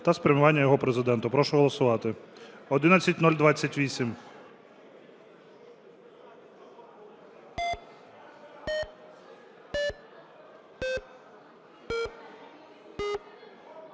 та спрямування його Президенту. Прошу голосувати. 11028.